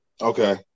Okay